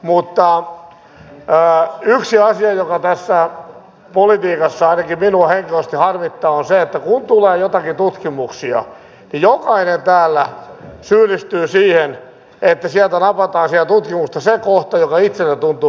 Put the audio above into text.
mutta yksi asia joka tässä politiikassa ainakin minua henkilökohtaisesti harmittaa on se että kun tulee joitakin tutkimuksia niin jokainen täällä syyllistyy siihen sieltä tutkimuksesta napataan se kohta joka itseä tuntuu miellyttävän